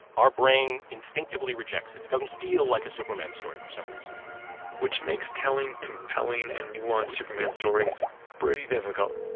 our brain instinctively rejects it. it doesn't feel like a superman story for some reason which makes telling compelling and nuance superman stories pretty difficult,